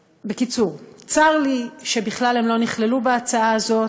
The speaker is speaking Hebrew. בקיצור, צר לי שהם בכלל לא נכללו בהצעה הזאת.